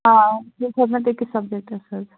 آ two thousand أکِس subjects حظ